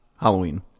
Halloween